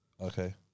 okay